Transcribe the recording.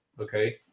okay